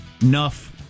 enough